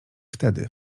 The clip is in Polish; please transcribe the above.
wtedy